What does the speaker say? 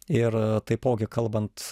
ir taipogi kalbant